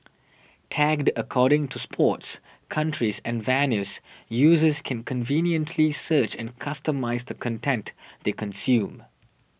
tagged according to sports countries and venues users can conveniently search and customise the content they consume